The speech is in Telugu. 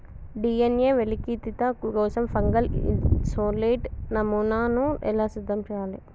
డి.ఎన్.ఎ వెలికితీత కోసం ఫంగల్ ఇసోలేట్ నమూనాను ఎలా సిద్ధం చెయ్యాలి?